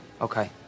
Okay